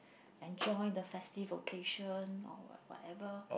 enjoy the festive occasion or what whatever